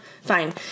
Fine